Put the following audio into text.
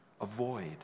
Avoid